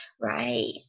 Right